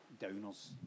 downers